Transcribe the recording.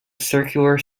circular